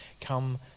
come